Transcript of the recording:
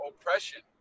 oppression